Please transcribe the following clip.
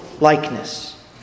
likeness